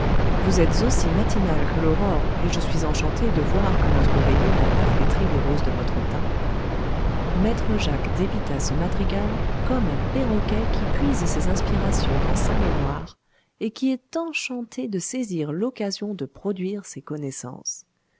vous êtes aussi matinale que l'aurore et je suis enchanté de voir que notre veillée n'a pas flétri les roses de votre teint maître jacques débita ce madrigal comme un perroquet qui puise ses inspirations dans sa mémoire et qui est enchanté de saisir l'occasion de produire ses connaissances